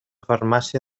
farmàcia